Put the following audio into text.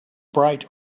bright